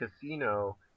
casino